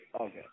Okay